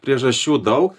priežasčių daug